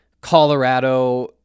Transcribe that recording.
Colorado